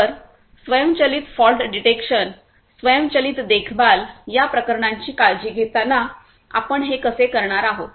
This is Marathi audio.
तर स्वयंचलित फॉल्ट डिटेक्शन स्वयंचलित देखभाल या प्रकरणांची काळजी घेताना आपण हे कसे करणार आहोत